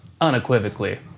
unequivocally